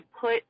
put